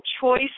choice